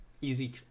Easy